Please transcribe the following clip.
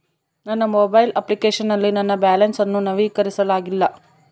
ನನ್ನ mobile application ನಲ್ಲಿ ನನ್ನ ಬ್ಯಾಲೆನ್ಸ್ ಅನ್ನು ನವೀಕರಿಸಲಾಗಿಲ್ಲ